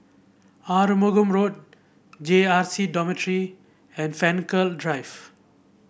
Arumugam Road J R C Dormitory and Frankel Drive